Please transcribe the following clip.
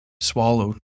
swallowed